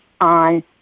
on